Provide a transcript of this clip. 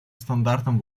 стандартам